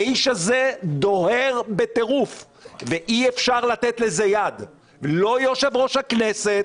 ההחלטה היא בסופו של דבר של יושב-ראש הכנסת,